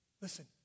Listen